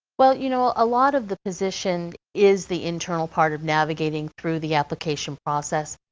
well, you know, a lot of the position is the internal part of navigating through the application process,